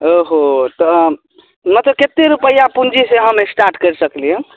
ओ हो तऽ आम मतलब कतेक रुपैआ पुँजी से हम स्टाट करि सकलियै हन